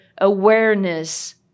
awareness